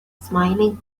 smiling